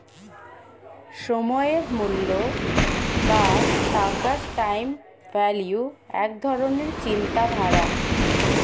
সময়ের মূল্য বা টাকার টাইম ভ্যালু এক ধরণের চিন্তাধারা